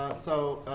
so,